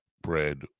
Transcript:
bread